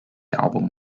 album